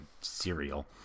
cereal